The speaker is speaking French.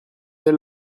elle